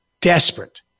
desperate